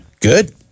Good